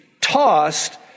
tossed